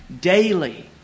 Daily